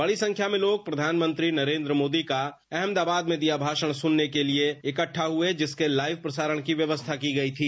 बड़ी संख्या में लोग प्रधानमंत्री नरेंद्र मोदी द्वारा अहमदाबाद में दिए गए भाषण को सुनने के लिए ईकड़ा हुए जिसके लाइव प्रसारण की व्यवस्था की गई थी